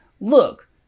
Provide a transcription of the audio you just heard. look